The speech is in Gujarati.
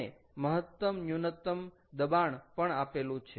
અને મહત્તમ ન્યુનત્તમ દબાણ પણ આપેલું છે